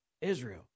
Israel